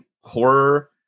horror